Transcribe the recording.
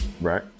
Right